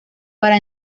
para